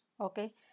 Okay